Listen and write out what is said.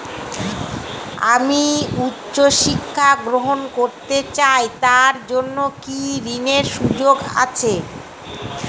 আমি উচ্চ শিক্ষা গ্রহণ করতে চাই তার জন্য কি ঋনের সুযোগ আছে?